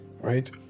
right